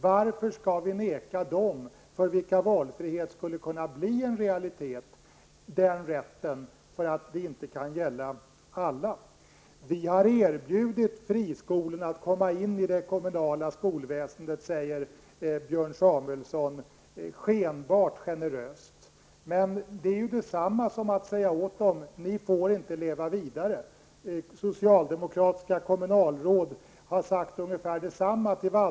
Varför skall vi neka dem för vilka valfrihet skulle kunna bli en realitet den rätten på grund av att det inte kan gälla alla? Vi har erbjudit friskolorna att komma in i det kommunala skolväsendet, säger Björn Samuelson skenbart generöst. Men det är ju detsamma som att säga åt dem att de inte får leva vidare. Socialdemokratiska kommunalråd har sagt ungefär detsamma till Waldorfskolor på olika håll i landet. Man säger: Kom in till oss, så behöver ni inte kämpa!